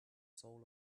soul